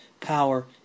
power